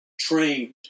trained